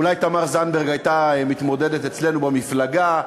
אולי תמר זנדברג הייתה מתמודדת אצלנו במפלגה.